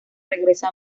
regresa